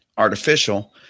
artificial